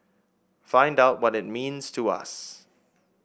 find out what it means to us